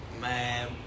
man